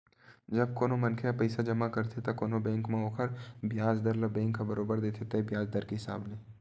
जब कोनो मनखे ह पइसा जमा करथे त कोनो बेंक म ओखर बियाज दर ल बेंक ह बरोबर देथे तय बियाज दर के हिसाब ले